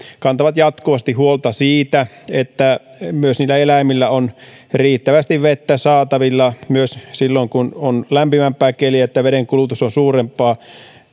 kantavat jatkuvasti huolta siitä että eläimillä on riittävästi vettä saatavilla myös silloin kun on lämpimämpää keliä eli vedenkulutus on suurempaa